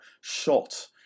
shot